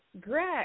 Greg